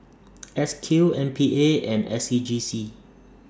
S Q M P A and S C G C